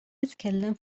nitkellem